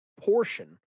portion